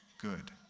good